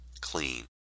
clean